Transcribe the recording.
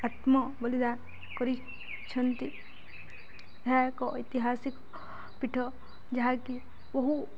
ଆତ୍ମ ବଳିଦାନ କରିଛନ୍ତି ଏହା ଏକ ଐତିହାସିକ ପୀଠ ଯାହାକି ବହୁ